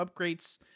upgrades